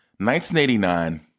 1989